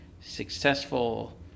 successful